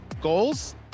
Goals